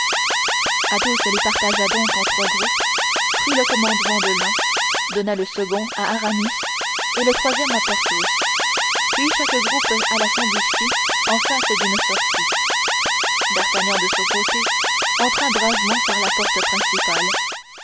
prêts athos les partagea donc en trois groupes prit le commandement de l'un donna le second à aramis et le troisième à porthos puis chaque groupe alla s'embusquer en face d'une sortie d'artagnan de son côté entra bravement par la porte principale